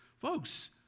Folks